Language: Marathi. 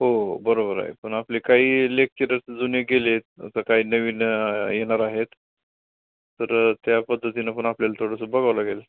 हो बरोबर आहे पण आपले काही लेक्चरर्स जुने गेले आहेत तर काही नवीन येणार आहेत तर त्या पद्धतीने पण आपल्याला थोडंसं बघावं लागेल